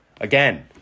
again